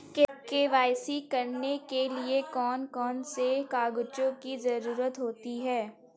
KYC करने के लिए कौन कौन से कागजों की जरूरत होती है?